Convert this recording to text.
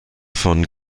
von